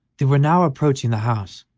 they were now approaching the house,